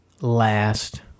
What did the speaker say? last